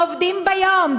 עובדים ביום,